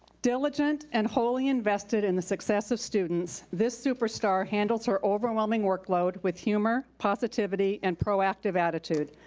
diligent and wholly invested in the success of students, this super star handles her overwhelming workload with humor, positivity, and proactive attitude.